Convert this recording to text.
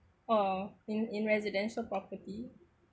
oh in in residential property